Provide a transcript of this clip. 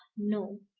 no!